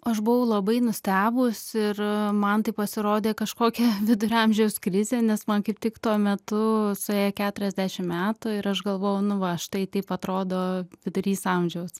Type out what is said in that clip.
aš buvau labai nustebus ir man tai pasirodė kažkokia vidurio amžiaus krizė nes man kaip tik tuo metu suėjo keturiasdešim metų ir aš galvojau nu va štai taip atrodo vidurys amžiaus